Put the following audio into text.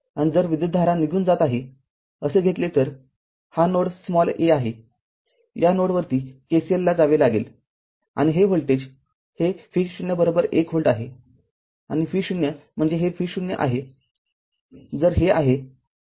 आणि जर विद्युतधारा निघून जात आहे असे घेतले तर हा नोड a आहे या नोडवरती KCL ला जावे लागेल आणि हे व्होल्टेज हे V0१ व्होल्ट आहे आणि V0 म्हणजे हे V0आहे जर हे आहे तर हे आहे